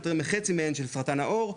יותר מחצי מהן של סרטן העור.